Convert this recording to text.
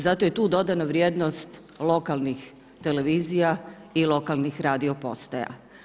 Zato je tu dodana vrijednost lokalnih televizija i lokalnih radiopostaja.